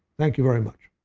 thank you very much.